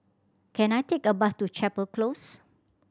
can I take a bus to Chapel Close